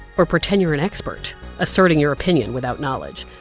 or pretend you're an expert asserting your opinion without knowledge.